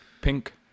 Pink